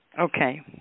Okay